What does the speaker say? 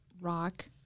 rock